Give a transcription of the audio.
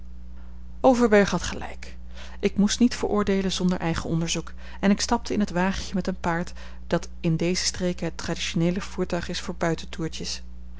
had gelijk ik moest niet veroordeelen zonder eigen onderzoek en ik stapte in het wagentje met een paard dat in deze streken het traditioneele voertuig is voor